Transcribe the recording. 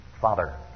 Father